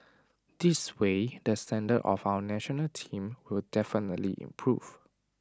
this way the standard of our National Team will definitely improve